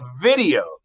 video